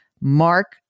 Mark